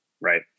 right